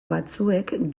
batzuek